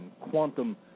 quantum